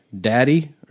daddy